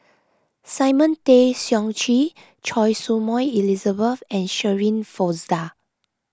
Simon Tay Seong Chee Choy Su Moi Elizabeth and Shirin Fozdar